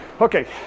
Okay